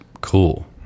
cool